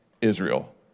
Israel